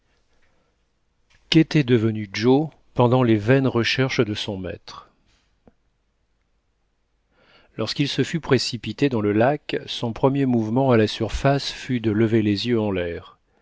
qu'était devenu joe pendant les vaines recherches de son maître lorsqu'il se fut précipité dans le lac son premier mouvement à la surface fut de lever les yeux en l'air